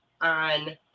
on